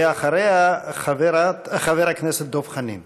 ואחריה, חבר הכנסת דב חנין.